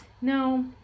No